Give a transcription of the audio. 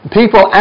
people